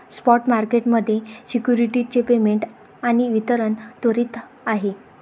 spot market मध्ये securities चे payment आणि वितरण त्वरित आहे